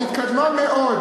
היא התקדמה מאוד.